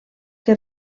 que